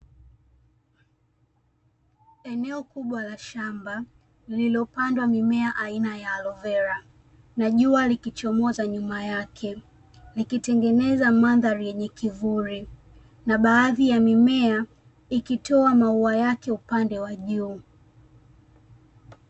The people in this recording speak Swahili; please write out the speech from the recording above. Eneo kubwa la shamba, lilopandwa mimea aina ya aloe vera na jua likichomoza nyuma yake, likitengeneza mandhari yenye kivuli na baadhi ya mimea ikitoa maua yake upande wa juu.